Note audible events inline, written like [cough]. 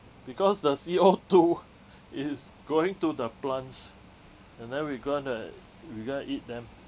because the C_O [laughs] two is going to the plants and then we going to we going to eat them